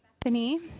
Bethany